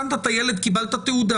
חיסנת את הילד, קיבלת תעודה